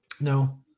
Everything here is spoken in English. No